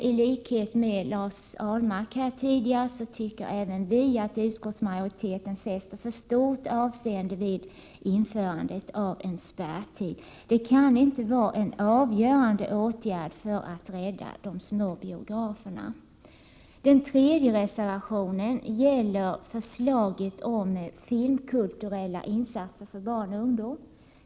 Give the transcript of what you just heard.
I likhet med Lars Ahlmark som tidigare uttalade sig tycker vi att utskottsmajoriteten här fäster för stort avseende vid införandet av en spärrtid. Det kan inte vara en avgörande åtgärd för att rädda de små biograferna. Den tredje reservationen gäller förslaget om filmkulturella insatser för barn och ungdom.